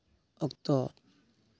ᱚᱠᱛᱚ